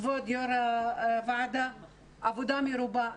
כבוד יו"ר הוועדה, עבודה מרובה.